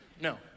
No